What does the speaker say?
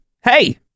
hey